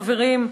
חברים,